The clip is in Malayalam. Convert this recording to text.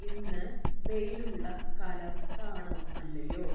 ഇന്ന് വെയിലുള്ള കാലാവസ്ഥ ആണോ അല്ലയോ